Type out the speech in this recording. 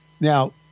Now